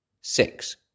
six